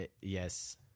Yes